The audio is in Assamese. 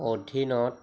অধীনত